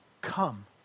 come